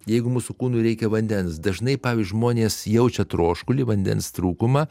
jeigu mūsų kūnui reikia vandens dažnai pavyzdžiui žmonės jaučia troškulį vandens trūkumą